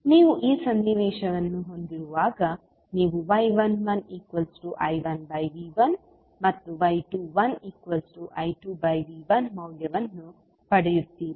ನೀವು ಈ ಸನ್ನಿವೇಶವನ್ನು ಹೊಂದಿರುವಾಗ ನೀವು y11I1V1 ಮತ್ತು y21I2V1 ಮೌಲ್ಯವನ್ನು ಪಡೆಯುತ್ತೀರಿ